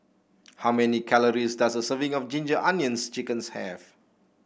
how many calories does a serving of Ginger Onions chickens have